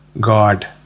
God